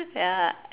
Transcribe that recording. ya